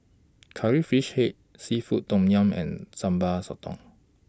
Curry Fish Head Seafood Tom Yum and Sambal Sotong